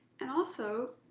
and also,